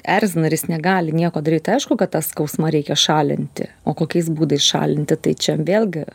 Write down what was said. erzina ir jis negali nieko daryt tai aišku kad tą skausmą reikia šalinti o kokiais būdais šalinti tai čia vėlgi